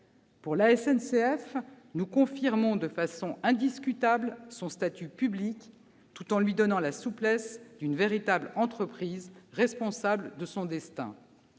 la SNCF, nous confirmons de façon indiscutable son statut public, tout en lui donnant la souplesse d'une véritable entreprise responsable de son destin.